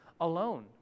alone